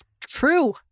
True